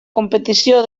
competició